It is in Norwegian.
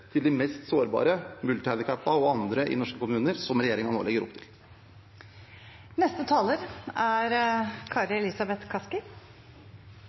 til de mest sårbare, multihandikappede og andre, i norske kommuner, som regjeringen nå legger opp